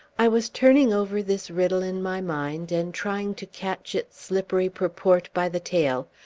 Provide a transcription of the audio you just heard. i was turning over this riddle in my mind, and trying to catch its slippery purport by the tail,